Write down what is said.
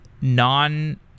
non